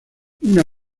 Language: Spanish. una